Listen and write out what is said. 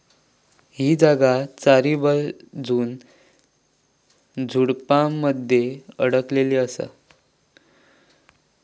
ही जागा चारीबाजून झुडपानमध्ये अडकलेली असा